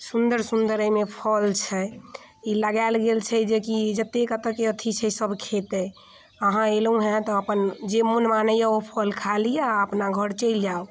सुन्दर सुन्दर अइमे फल छै ई लगैल गेल छै कि जते एतऽके अथी छै से सभ खेतै अहाँ एलौहँ तऽ अपन जे मोन मानैए फल खा लिऽ आओर अपना घर चलि जाउ